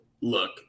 Look